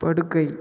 படுக்கை